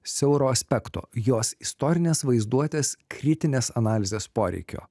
siauro aspekto jos istorinės vaizduotės kritinės analizės poreikio